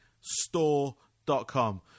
store.com